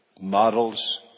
models